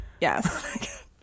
Yes